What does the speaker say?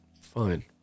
fine